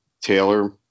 taylor